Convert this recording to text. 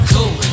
Cool